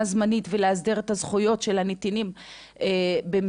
זמנית ולהסדיר את הזכויות של הנתינים במסגרתה.